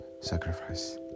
sacrifice